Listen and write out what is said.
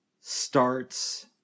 starts